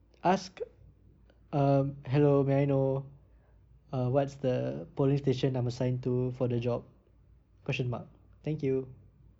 ask um hello may I know uh what's the polling station I'm assigned to for the job question mark thank you